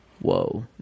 whoa